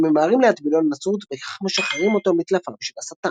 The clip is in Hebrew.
הם ממהרים להטבילו לנצרות ובכך משחררים אותו מטלפיו של השטן.